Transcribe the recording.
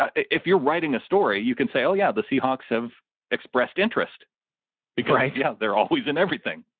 ah if you're writing a story, you can say, oh yeah, the seahawks have expressed interest because yeah they're always in everything.